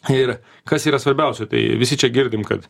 ir kas yra svarbiausia tai visi čia girdim kad